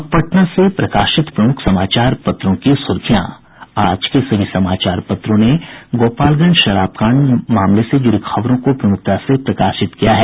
अब पटना से प्रकाशित प्रमुख समाचार पत्रों की सुर्खियां आज के सभी समाचार पत्रों ने गोपालगंज शराब कांड मामले से जुड़ी खबरों को प्रमुखता से प्रकाशित किया है